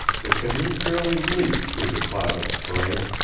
the canoe fairly leaped through the cloud of spray.